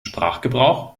sprachgebrauch